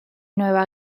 nueva